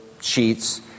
sheets